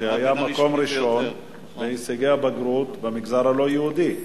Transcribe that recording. שהיה במקום הראשון בהישגי הבגרות במגזר הלא-יהודי.